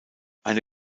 eine